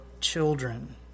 children